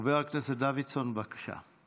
חבר הכנסת דוידסון, בבקשה.